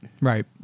Right